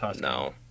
No